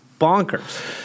bonkers